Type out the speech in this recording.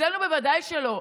אצלנו בוודאי שלא,